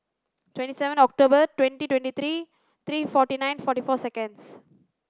twenty seven October twenty twenty three three forty nine forty four seconds